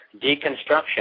deconstruction